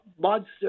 monster